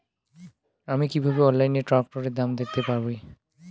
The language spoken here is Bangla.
আমি কিভাবে অনলাইনে ট্রাক্টরের দাম দেখতে পারি?